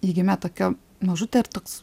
ji gimė tokia mažutė ir toks